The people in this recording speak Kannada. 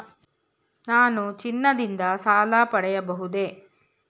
ನಾನು ಚಿನ್ನದಿಂದ ಸಾಲ ಪಡೆಯಬಹುದೇ?